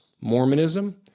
Mormonism